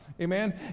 Amen